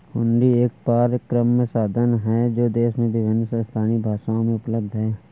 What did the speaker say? हुंडी एक परक्राम्य साधन है जो देश में विभिन्न स्थानीय भाषाओं में उपलब्ध हैं